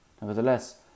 Nevertheless